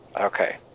Okay